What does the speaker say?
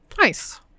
nice